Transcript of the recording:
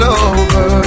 over